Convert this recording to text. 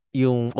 yung